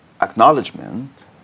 acknowledgement